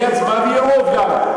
תהיה הצבעה ויהיה רוב גם.